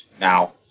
now